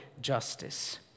justice